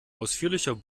ausführlicher